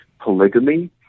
polygamy